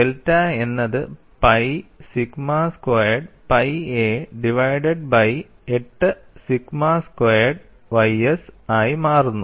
delta എന്നത് pi sigma squared pi a divided by 8 sigma squared ys ആയി മാറുന്നു